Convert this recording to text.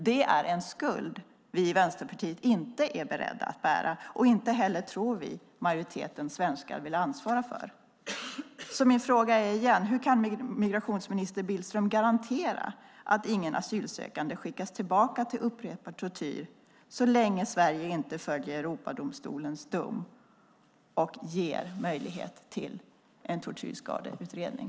Det är en skuld vi i Vänsterpartiet inte är beredda att bära och som vi inte tror att majoriteten svenskar vill ansvara för. Min fråga är: Hur kan migrationsminister Billström garantera att ingen asylsökande skickas tillbaka till upprepad tortyr så länge Sverige inte följer Europadomstolens dom och ger möjlighet till en tortyrskadeutredning?